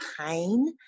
pain